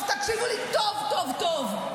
טוב, תקשיבו לי טוב טוב טוב.